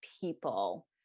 people